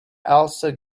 also